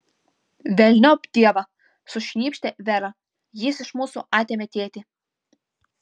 velniop dievą sušnypštė vera jis iš mūsų atėmė tėtį